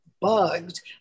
bugs